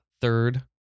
Third